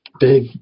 Big